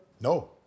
No